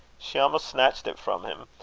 she almost snatched it from him,